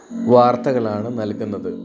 വാര്ത്തകളാണ് നല്കുന്നത്